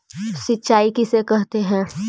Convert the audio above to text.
सिंचाई किसे कहते हैं?